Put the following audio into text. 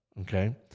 Okay